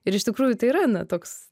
ir iš tikrųjų tai yra na toks